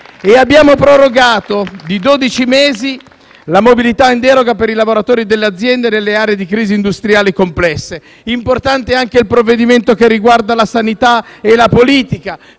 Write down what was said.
inoltre prorogato di dodici mesi la mobilità in deroga per i lavoratori delle aziende nelle aree di crisi industriali complesse. Importante è anche il provvedimento che riguarda la sanità e la politica,